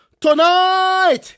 tonight